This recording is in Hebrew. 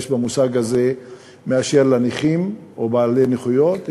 במושג הזה מאשר בנכים או בעלי נכויות.